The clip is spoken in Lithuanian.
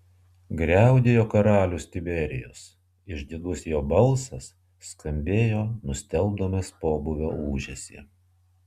griaudėjo karalius tiberijus išdidus jo balsas skambėjo nustelbdamas pobūvio ūžesį